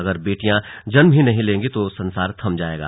अगर बेटियों जन्म ही नहीं लेंगी तो संसार थम जायेगा